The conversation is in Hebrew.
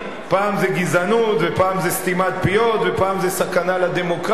פעם זה גזענות ופעם זה סתימת פיות ופעם זה סכנה לדמוקרטיה,